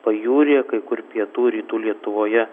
pajūryje kai kur pietų rytų lietuvoje